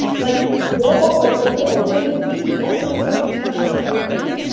like walmart, like but don't blame me. don't blame somebody who's trying to do something for their family.